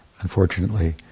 unfortunately